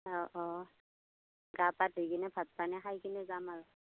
অঁ অঁ গা পা ধুই কিনে ভাত পানী খাই কিনে যাম আৰু